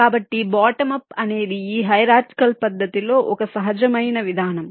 కాబట్టి bottom up అనేది ఈ హిరార్చికాల్ పద్ధతిలో ఒక సహజమైన విధానం